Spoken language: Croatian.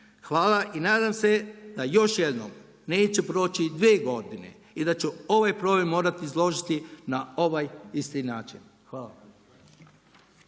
Hvala i nadam se da još jednom neće proći dvije godine i da će ovaj problem morati izložiti na ovaj isti način. Hvala